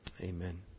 Amen